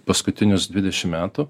paskutinius dvidešimt metų